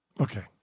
Okay